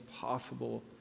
possible